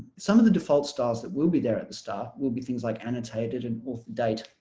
some of the default styles that will be there at the start will be things like annotated and author date